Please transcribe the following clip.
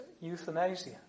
euthanasia